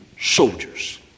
soldiers